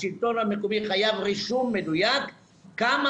השלטון המקומי חייב רישום מדויק של כמה